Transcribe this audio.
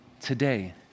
today